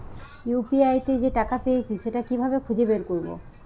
UPI তে যে টাকা পেয়েছি সেটা কিভাবে খুঁজে বের করবো?